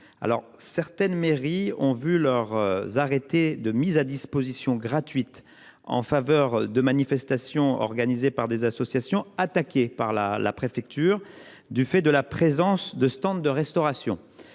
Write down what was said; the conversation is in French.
Certaines mairies ont vu les arrêtés de mise à disposition gratuite, qu’elles ont pris en faveur de manifestations organisées par des associations, être attaqués par la préfecture, du fait de la présence de stands de restauration.